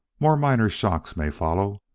more minor shocks may follow,